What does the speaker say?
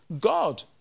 God